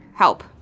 help